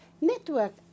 network